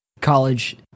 college